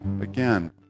Again